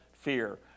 fear